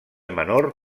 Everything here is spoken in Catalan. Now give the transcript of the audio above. menor